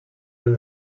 del